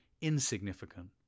insignificant